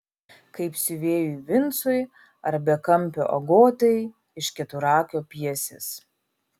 kaip siuvėjui vincui ar bekampio agotai iš keturakio pjesės